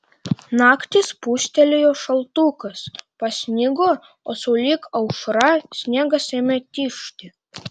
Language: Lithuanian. naktį spustelėjo šaltukas pasnigo o sulig aušra sniegas ėmė tižti